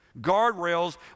Guardrails